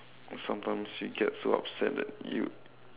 sometimes you get so upset that you